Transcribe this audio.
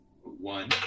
One